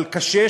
אבל קשה,